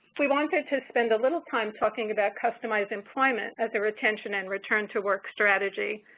we wanted to spend a little time talking about customized employment as a retention and return to work strategy.